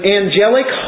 angelic